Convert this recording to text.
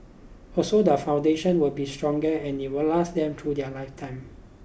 also the foundation will be stronger and it will last them through their lifetime